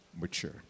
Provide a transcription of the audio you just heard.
mature